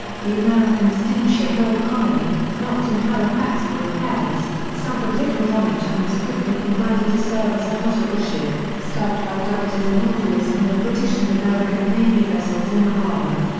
the american steamship old colony, docked in halifax for repairs, suffered little damage and was quickly converted to serve as a hospital ship, staffed by doctors and orderlies from the british and american navy vessels in the harbour.